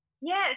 Yes